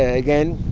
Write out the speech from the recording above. ah again,